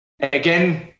Again